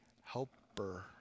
helper